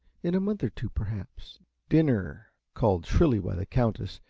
in a month or two, perhaps dinner, called shrilly by the countess,